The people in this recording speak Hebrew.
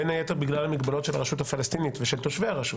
בין היתר בגלל המגבלות של הרשות הפלסטינית ושל תושבי הרשות.